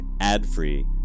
ad-free